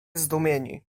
zdumieni